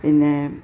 പിന്നേ